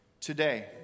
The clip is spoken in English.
today